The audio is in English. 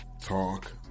Talk